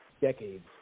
decades